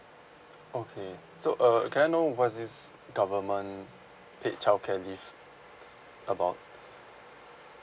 okay so uh can I know what is this government paid childcare leave is about